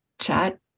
chat